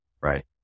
Right